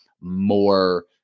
more